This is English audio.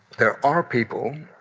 there are people,